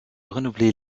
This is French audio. renouveler